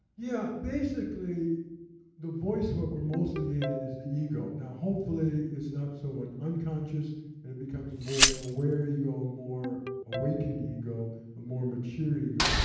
yeah, basically the voice what we're mostly in is the ego. now, hopefully it's not so and unconscious and it becomes a more aware ego, a more awakened ego, a more mature ego.